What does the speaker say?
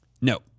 No